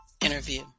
interview